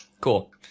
Cool